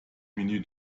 menü